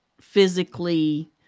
physically